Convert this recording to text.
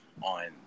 on